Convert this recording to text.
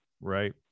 Right